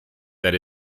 that